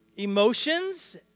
Emotions